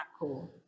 cool